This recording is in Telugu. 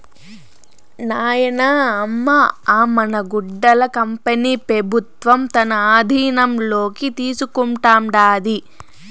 నాయనా, అమ్మ అ మన గుడ్డల కంపెనీ పెబుత్వం తన ఆధీనంలోకి తీసుకుంటాండాది